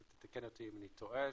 ותקן אותי אם אני טועה,